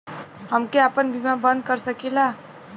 हमके आपन बीमा बन्द कर सकीला?